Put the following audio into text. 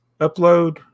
Upload